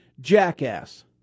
jackass